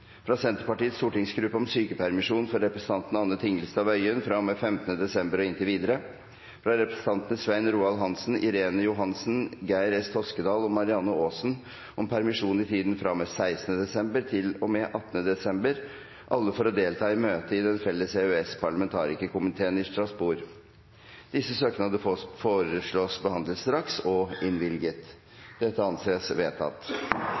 Fra Senterpartiets stortingsgruppe om sykepermisjon for representanten Anne Tingelstad Wøien fra og med 15. desember og inntil videre Fra representantene Svein Roald Hansen, Irene Johansen, Geir S. Toskedal og Marianne Aasen om permisjon i tiden fra og med 16. desember til og med 18. desember – alle for å delta i møte i Den felles EØS-parlamentarikerkomiteen i Strasbourg. Etter forslag fra presidenten ble enstemmig besluttet: Disse søknader behandles straks og